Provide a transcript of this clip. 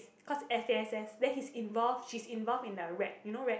because F_A_S_S then he's involve she's involved in the rec you know rec